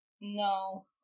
No